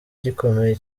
gikomeye